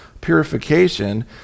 purification